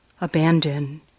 Abandon